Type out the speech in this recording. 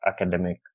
academic